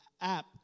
app